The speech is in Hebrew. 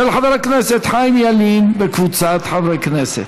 של חבר הכנסת חיים ילין וקבוצת חברי הכנסת.